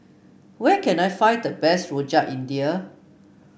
where can I find the best Rojak India